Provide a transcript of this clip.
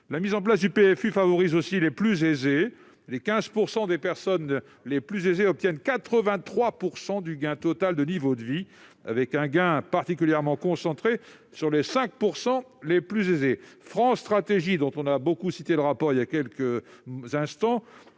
la mise en place du PFU favorisait les plus aisés. Ainsi, les 15 % des personnes les plus aisées obtiennent 83 % du gain total de niveau de vie, avec un gain particulièrement concentré sur les 5 % les plus aisés. France Stratégie, dont on a beaucoup cité le rapport voilà quelques instants,